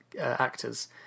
actors